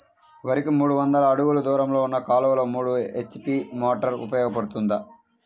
వరికి మూడు వందల అడుగులు దూరంలో ఉన్న కాలువలో మూడు హెచ్.పీ మోటార్ ఉపయోగపడుతుందా?